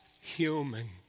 human